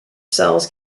cells